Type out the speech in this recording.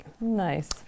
Nice